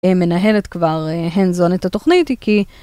מנהלת כבר hands on את התוכנית כי.